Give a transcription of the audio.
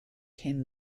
came